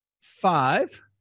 five